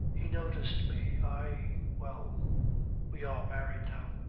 he noticed me. i well we are married now.